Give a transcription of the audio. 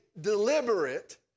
deliberate